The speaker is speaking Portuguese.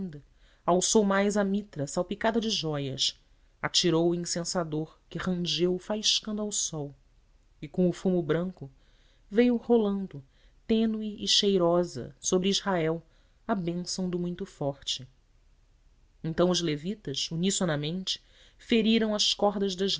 ainda alçou mais a mitra salpicada de jóias atirou o incensador que rangeu faiscando ao sol e com o fumo branco veio rolando tênue e cheirosa sobre israel a bênção do muito forte então os levitas unissonamente feriram as cordas das